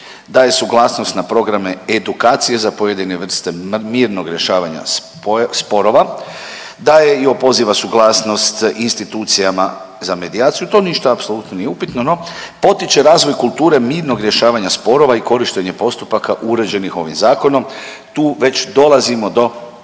daje suglasnost na programe edukacije za pojedine vrste mirnog rješavanja sporova, daje i opoziva suglasnost institucijama za medijaciju, to ništa apsolutno nije upitno, no potiče razvoj kulture mirnog rješavanja sporova i korištenje postupaka uređenih ovim zakonom, tu već dolazimo do